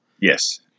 Yes